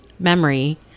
memory